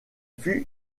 fut